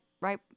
right